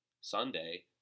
Sunday